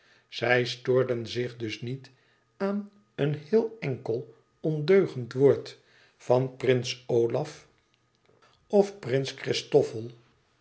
zij stoorden zich dus niet aan een heel enkel ondeugend woord van prins olaf of prins christofel